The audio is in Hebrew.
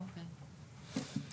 אוקיי.